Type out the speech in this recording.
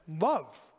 love